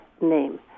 name